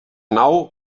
nou